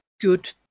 good